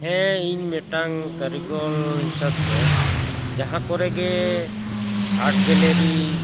ᱦᱮᱸ ᱤᱧ ᱢᱤᱫᱴᱟᱝ ᱠᱟᱹᱨᱤᱜᱚᱞ ᱦᱤᱥᱟᱹᱵ ᱛᱮ ᱡᱟᱦᱟᱸ ᱠᱚᱨᱮ ᱜᱮ ᱟᱨᱴ ᱜᱮᱞᱟᱨᱤ